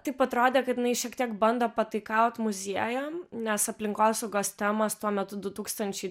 taip atrodė kad jinai šiek tiek bando pataikaut muziejam nes aplinkosaugos temos tuo metu du tūkstančiai